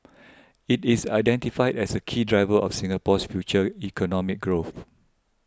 it is identified as a key driver of Singapore's future economic growth